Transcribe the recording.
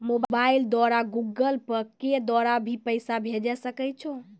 Mobile द्वारा Google Pay के द्वारा भी पैसा भेजै सकै छौ?